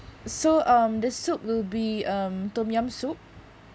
so um the soup will be um tom yum soup